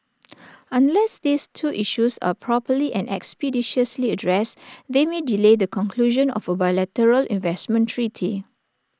unless these two issues are properly and expeditiously addressed they may delay the conclusion of A bilateral investment treaty